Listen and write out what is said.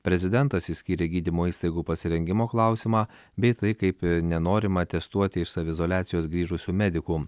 prezidentas išskyrė gydymo įstaigų pasirengimo klausimą bei tai kaip nenorima testuoti iš saviizoliacijos grįžusių medikų